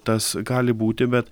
tas gali būti bet